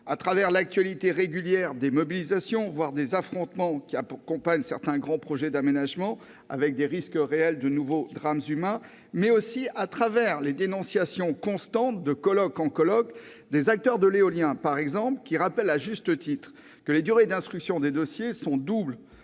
à travers l'actualité régulière des mobilisations, voire des affrontements qui accompagnent certains grands projets d'aménagement, avec des risques réels de nouveaux drames humains, mais aussi à travers les dénonciations constantes, de colloque en colloque, des acteurs de l'éolien, par exemple, qui rappellent à juste titre que les durées d'instruction des dossiers sont doublées